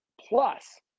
plus